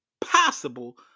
possible